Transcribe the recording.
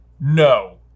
No